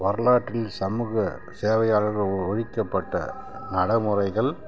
வரலாற்றில் சமூக சேவையாளர்கள் ஒழிக்கப்பட்ட நடமுறைகள்